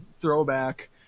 throwback